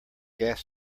gas